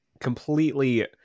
completely